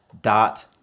dot